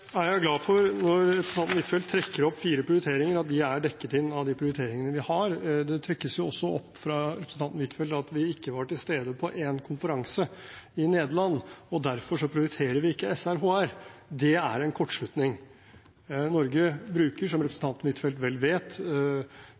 Når representanten Huitfeldt trekker opp fire prioriteringer, er jeg glad for at de er dekket inn av de prioriteringene vi har. Det trekkes også frem av representanten Huitfeldt at vi ikke var til stede på en konferanse i Nederland, og derfor prioriterer vi ikke SRHR. Det er en kortslutning. Norge bruker, som representanten Huitfeldt vel vet,